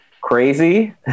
crazy